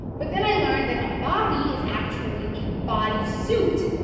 but then i learned that a body is actually a bodysuit.